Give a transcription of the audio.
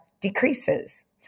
decreases